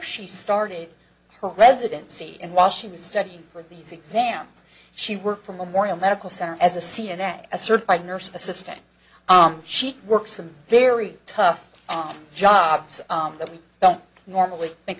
she started her residency and while she was studying for these exams she worked for memorial medical center as a c n n a certified nurse assistant she works in a very tough job that we don't normally think